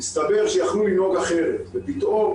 יסתבר שאנשים יכלו לנהוג אחרת ופתאום